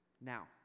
Now